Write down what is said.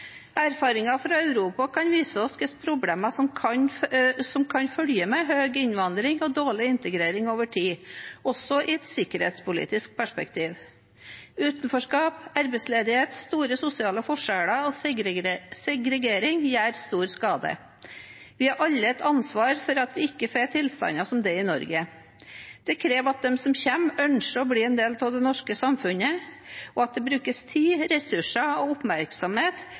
Erfaringer fra Europa kan vise oss hvilke problemer som kan følge med høy innvandring og dårlig integrering over tid, også i et sikkerhetspolitisk perspektiv. Utenforskap, arbeidsledighet, store sosiale forskjeller og segregering gjør stor skade. Vi har alle et ansvar for at vi ikke får tilstander som dette i Norge. Det krever at de som kommer, ønsker å bli en del av det norske samfunnet, og at det brukes tid, ressurser og oppmerksomhet